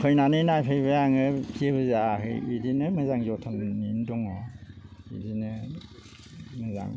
फैनानै नायफैबाय आङो जेबो जायाखै इदिनो गेवलां गेवथांयैनो दङ बिदिनो मोजां